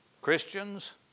Christians